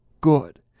good